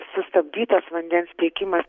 sustabdytas vandens tiekimas